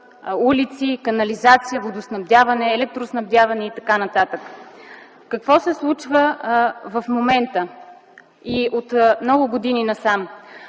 улици, канализация, водоснабдяване, електроснабдяване и т.н. Какво се случва в момента и от много години насам?